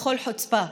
בכל החוצפה,